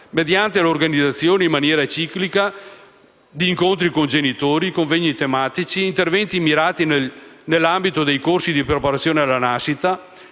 mediante l'organizzazione, in maniera ciclica, di incontri con i genitori, convegni tematici, interventi mirati nell'ambito dei corsi di preparazione alla nascita,